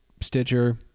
Stitcher